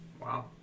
Wow